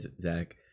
Zach